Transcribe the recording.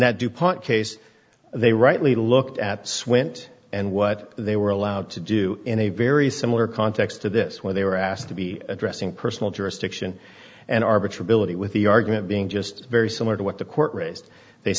that dupont case they rightly looked at swint and what they were allowed to do in a very similar context to this where they were asked to be addressing personal jurisdiction and arbitron realty with the argument being just very similar to what the court raised they